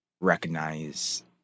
recognize